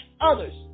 others